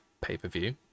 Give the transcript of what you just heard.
pay-per-view